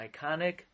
iconic